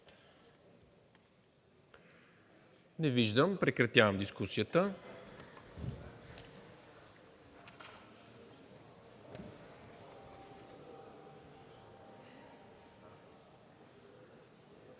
Не виждам. Прекратявам дискусията.